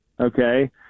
okay